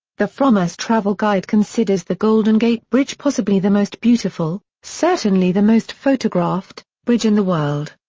the frommers travel guide considers the golden gate bridge possibly the most beautiful, certainly the most photographed, bridge in the world.